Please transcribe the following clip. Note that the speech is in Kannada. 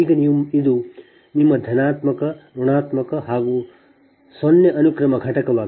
ಈಗ ಇದು ನಿಮ್ಮ ಧನಾತ್ಮಕ ಋಣಾತ್ಮಕಮತ್ತು 0 ಅನುಕ್ರಮ ಘಟಕವಾಗಿದೆ